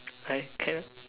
I kind of